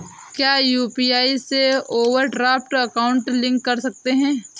क्या यू.पी.आई से overdraft account link कर सकते हैं?